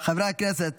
חברי הכנסת,